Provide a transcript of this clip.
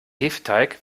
hefeteig